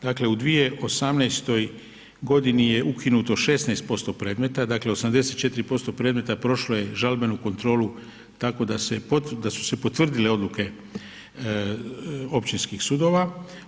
Dakle u 2018. godini je ukinuto 16% predmeta, dakle 84% predmeta prošlo je žalbenu kontrolu tako da su se potvrdile odluke općinskih sudova.